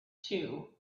too